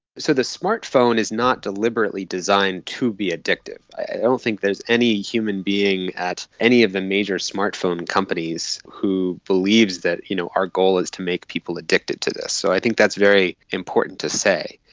so the smart phone is not deliberately designed to be addictive. i don't think there's any human being at any of the major smart phone companies who believes that you know our goal is to make people addicted to this, so i think that's very important to say.